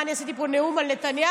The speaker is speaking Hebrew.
מה, אני עשיתי פה נאום על נתניהו?